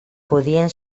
podien